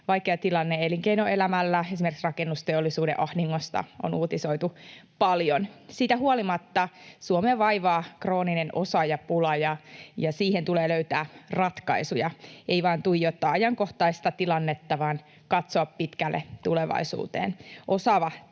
vaikea tilanne elinkeinoelämällä, esimerkiksi rakennusteollisuuden ahdingosta on uutisoitu paljon. Siitä huolimatta Suomea vaivaa krooninen osaajapula, ja siihen tulee löytää ratkaisuja — ei vain tuijottaa ajankohtaista tilannetta, vaan katsoa pitkälle tulevaisuuteen. Osaavan